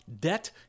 debt